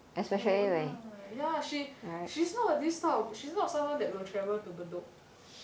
you won't lah ya she she's not this type she's not someone that will travel to bedok